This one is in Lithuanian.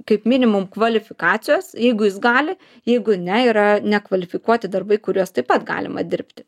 kaip minimum kvalifikacijos jeigu jis gali jeigu ne yra nekvalifikuoti darbai kuriuos taip pat galima dirbti